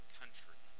country